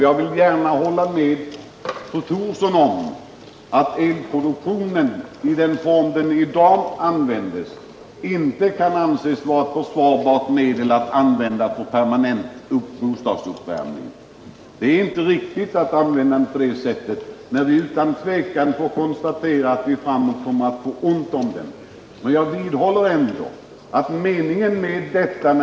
Jag vill gärna hålla med fru Thorsson om att elproduktionen av i dag inte kan anses vara försvarbar att använda för permanent bostadsuppvärmning. Det är inte rätt att använda den på det sättet, när vi utan tvekan kan konstatera att vi i framtiden kommer att få ont om den.